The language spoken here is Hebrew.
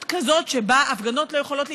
כזאת שבה הפגנות לא יכולות להתקיים.